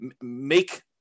make